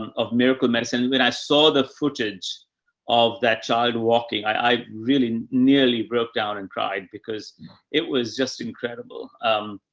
um of miracle medicine. when i saw the footage of that child walking, i really nearly broke down and cried because it was just incredible. um,